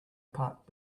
park